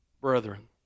brethren